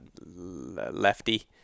Lefty